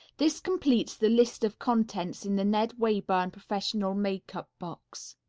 this completes the list of contents in the ned wayburn professional makeup box,